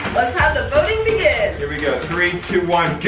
let's have the voting begin. here we go, three, two, one, go.